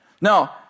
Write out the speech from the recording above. Now